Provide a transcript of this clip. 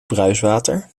bruiswater